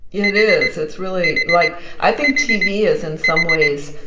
it is. it's really, like i think tv is, in some ways,